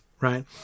Right